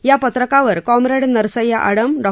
या पत्रकावर काँम्रेड नरसय्या आडम डॉ